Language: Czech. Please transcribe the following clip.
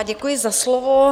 Děkuji za slovo.